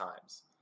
times